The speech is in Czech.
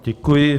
Děkuji.